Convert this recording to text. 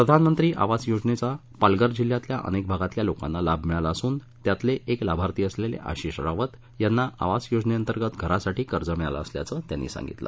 प्रधानमंत्री आवास योजनेचा पालघर जिल्ह्यातल्या अनेक भागातल्या लोकांना लाभ मिळाला असून त्यातील एक लाभार्थी असलेले आशिष रावत यांना आवास योजनेअंतर्गत घरासाठी कर्ज मिळालं असल्याचं सांगितल